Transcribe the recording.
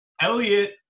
Elliot